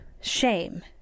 shame